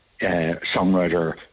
songwriter